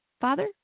Father